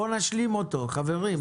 בואו נשלים אותו, חברים.